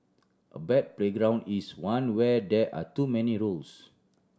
a bad playground is one where there are too many rules